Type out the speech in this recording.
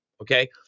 okay